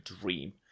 Dream